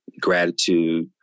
gratitude